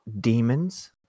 demons